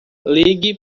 ligue